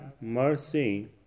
mercy